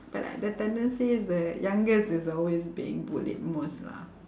but like the tendency is the youngest is always being bullied most lah